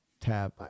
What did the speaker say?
tab